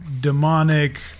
demonic